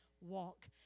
walk